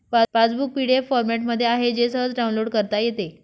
passbook PDF फॉरमॅटमध्ये आहे जे सहज डाउनलोड करता येते